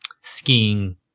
skiing